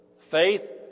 Faith